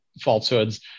falsehoods